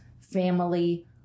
family